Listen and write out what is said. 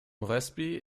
moresby